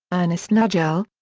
ernest nagel,